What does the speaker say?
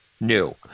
new